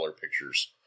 pictures